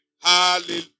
Hallelujah